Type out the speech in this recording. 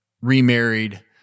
remarried